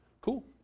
cool